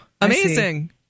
amazing